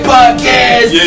Podcast